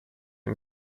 and